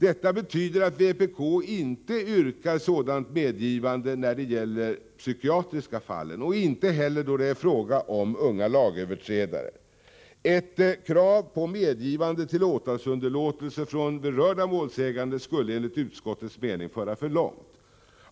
Detta betyder att vpk inte yrkar sådant medgivande när det gäller de psykiatriska fallen och inte heller då det är fråga om unga lagöverträdare. Ett krav på medgivande till åtalsunderlåtelse från berörda målsägande skulle enligt utskottets mening föra för långt.